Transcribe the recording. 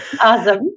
Awesome